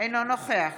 אינו נוכח